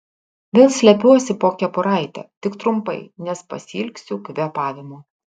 vėl slepiuosi po kepuraite tik trumpai nes pasiilgsiu kvėpavimo